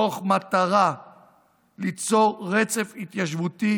תוך מטרה ליצור רצף התיישבותי,